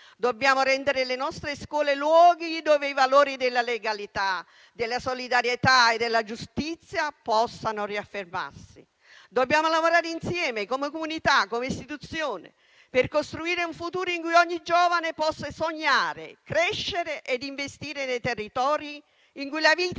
Dobbiamo rendere le nostre scuole luoghi dove i valori della legalità, della solidarietà e della giustizia possano riaffermarsi. Dobbiamo lavorare insieme, come comunità e istituzione, per costruire un futuro in cui ogni giovane possa sognare, crescere e investire in territori in cui la vita